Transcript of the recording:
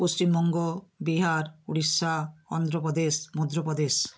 Paschimbanga Bihar Orissa Andhra Pradesh Madhya Pradesh